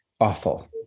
awful